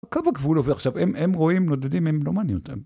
הקו הגבול עובר עכשיו הם רואים נודדים הם לא מעניינים אותם.